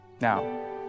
Now